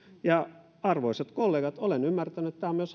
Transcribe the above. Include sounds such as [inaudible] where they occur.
ja arvoisat kollegat olen ymmärtänyt että tämä on myös [unintelligible]